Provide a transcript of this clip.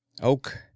Oak